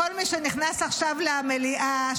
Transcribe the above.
כל מי שנכנס עכשיו למליאה,